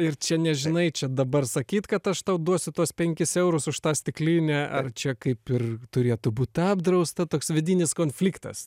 ir čia nežinai čia dabar sakyt kad aš tau duosiu tuos penkis eurus už tą stiklinę ar čia kaip ir turėtų būt apdrausta toks vidinis konfliktas